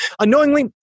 Unknowingly